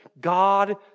God